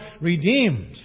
redeemed